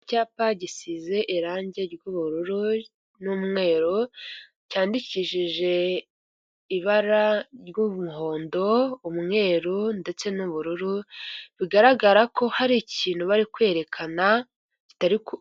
Icyapa gisize irangi r'ubururu n'umweru cyandikishije ibara ry'umuhondo, umweru ndetse n'ubururu, bigaragara ko hari ikintu bari kwerekana kitari ku,